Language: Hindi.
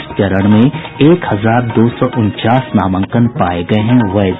इस चरण में एक हजार दो सौ उनचास नामांकन पाये गये हैं वैध